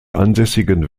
ansässigen